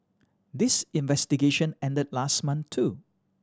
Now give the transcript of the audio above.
this investigation ended last month too